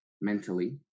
mentally